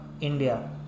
india